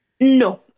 No